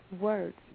words